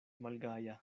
malgaja